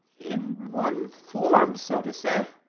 in one form, so to say.